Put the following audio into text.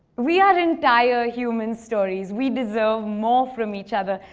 we are entire human stories. we deserve more from each other.